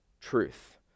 truth